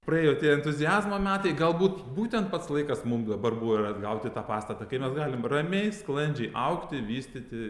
praėjo tie entuziazmo metai galbūt būtent pats laikas mum dabar buvo ir atgauti tą pastatą kai mes galim ramiai sklandžiai augti vystyti